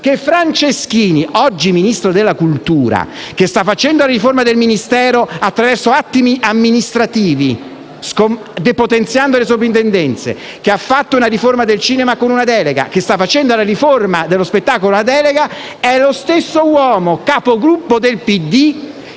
che Franceschini, oggi Ministro della cultura, che sta facendo la riforma del Ministero attraverso atti amministrativi, depotenziando le sovrintendenze, che ha fatto la riforma del cinema con una delega e sta facendo la riforma della spettacolo con una delega, è lo stesso uomo che, Capogruppo del PD,